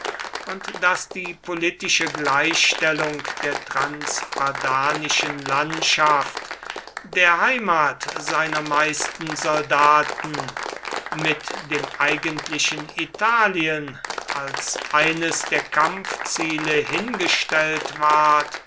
und daß die politische gleichstellung der transpadanischen landschaft der heimat seiner meisten soldaten mit dem eigentlichen italien als eines der kampfziele hingestellt ward